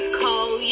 call